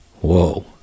Whoa